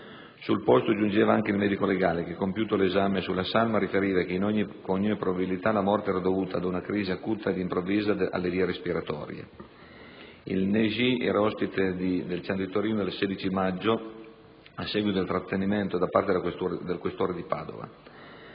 Sul posto giungeva anche il medico legale che, compiuto l'esame sulla salma riferiva che, con ogni probabilità, la morte era dovuta ad una crisi acuta ed improvvisa alle vie respiratorie. Il Neji era ospite del centro di Torino dal 16 maggio, a seguito di trattenimento da parte del questore di Padova.